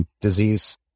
disease